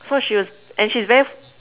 so she was and she's very